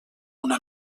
una